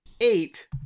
Eight